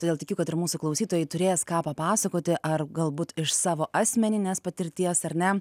todėl tikiu kad ir mūsų klausytojai turės ką papasakoti ar galbūt iš savo asmeninės patirties ar ne